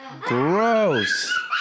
Gross